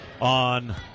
on